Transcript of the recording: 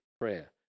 prayer